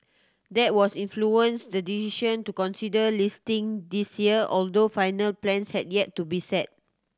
that was influenced the decision to consider listing this year although final plans had yet to be set